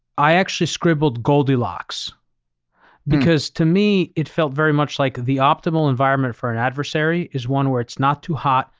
i actually scribbled goldilocks because to me it felt very much like the optimal environment for an adversary is one where it's not too hot,